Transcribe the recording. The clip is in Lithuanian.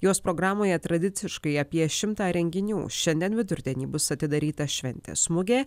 jos programoje tradiciškai apie šimtą renginių šiandien vidurdienį bus atidaryta šventės mugė